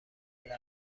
جنگل